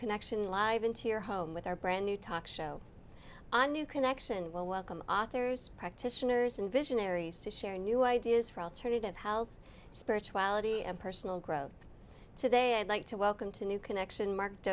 connection live into your home with our brand new talk show a new connection well welcome authors practitioners and visionaries to share new ideas for alternative health spirituality and personal growth today i'd like to welcome to new connection mar